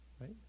right